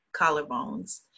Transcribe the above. collarbones